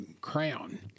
crown